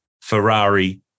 Ferrari